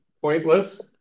Pointless